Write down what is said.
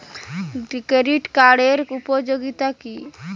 Credit কার্ডের উপযোগিতা কি?